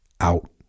Out